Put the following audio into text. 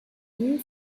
new